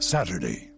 Saturday